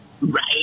Right